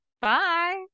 Bye